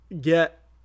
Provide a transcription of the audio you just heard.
get